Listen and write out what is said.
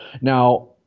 now